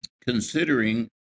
considering